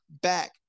back